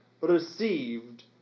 received